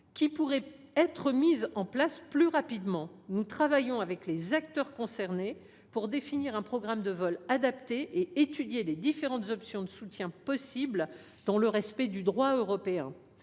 pourrait être mise en œuvre plus rapidement. Nous travaillons avec les acteurs concernés pour définir un programme de vols adapté et étudier les différentes formes de soutien possibles dans le respect du droit européen.